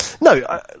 No